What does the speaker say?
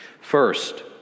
First